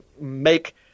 make